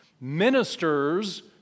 ministers